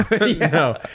No